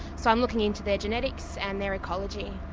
so i'm looking into their genetics and their ecology.